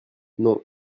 non